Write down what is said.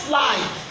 life